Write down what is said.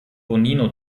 bonino